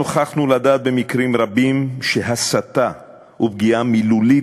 נוכחנו לדעת במקרים רבים שהסתה ופגיעה מילולית,